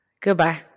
Goodbye